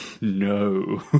no